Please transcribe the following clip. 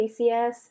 PCS